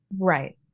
Right